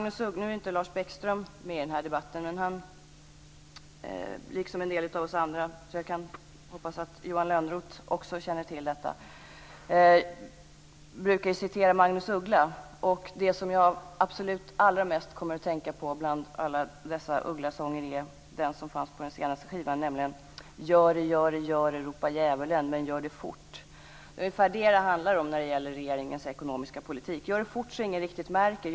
Nu är inte Lars Bäckström med i debatten, men jag hoppas att Johan Lönnroth också känner till detta. Lars Bäckström brukar ju citera Magnus Uggla, och den som jag absolut allra mest kommer att tänka på bland alla dessa Ugglasånger är den som finns på den senaste skivan, nämligen: Gör det, gör det, gör det! ropar djävulen. Men gör det fort! Det är ungefär det som det handlar om när det gäller regeringens ekonomiska politik: Gör det fort, så ingen riktigt märker!